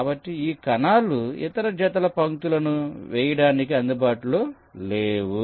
కాబట్టి ఈ కణాలు ఇతర జతల పంక్తులను వేయడానికి అందుబాటులో లేవు